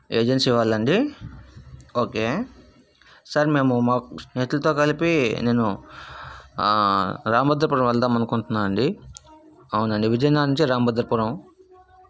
agency వాళ్ళా అండి okay sir మేము మా స్నేహితులతో కలిపి నేను రాంబద్రపురం వెళ్దాం అనుకుంటున్నాను అండి అవునండి విజయనగరం నుంచి రాంబద్రపురం